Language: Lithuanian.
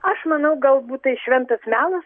aš manau galbūt tai šventas melas